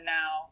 now